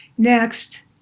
next